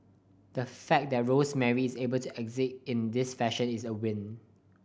the fact that Rosemary is able to exit in this fashion is a win